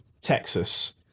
Texas